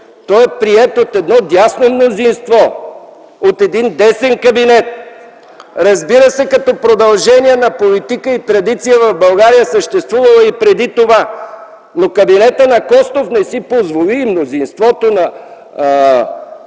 той е приет от едно дясно мнозинство, от един десен кабинет. Разбира се, като продължение на политика и традиция в България е съществувал и преди това, но кабинетът на Костов не си позволи, мнозинството на